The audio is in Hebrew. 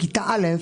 בכיתה א',